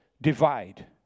divide